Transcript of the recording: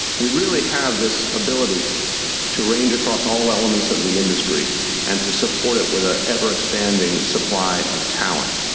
we really have this ability to range across all elements of the industry and to support it with an ever-expanding supply of talent.